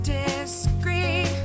disagree